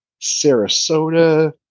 Sarasota